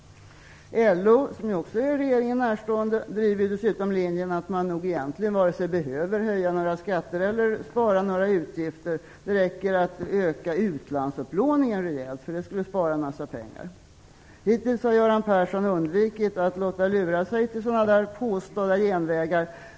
LO, som också är regeringen närstående, driver dessutom linjen att man nog egentligen behöver varken höja några skatter eller spara på några utgifter. Det räcker att öka utlandsupplåningen rejält, för det skulle spara en massa pengar. Hittills har Göran Persson undvikit att låta lura sig till sådana påstådda genvägar.